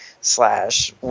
slash